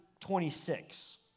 26